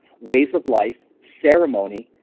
ways of life, ceremony,